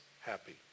happy